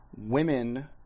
women